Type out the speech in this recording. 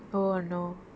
oh no